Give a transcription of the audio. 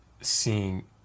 seeing